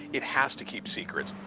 it has to keep secrets.